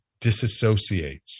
disassociates